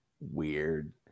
weird